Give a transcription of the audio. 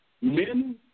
men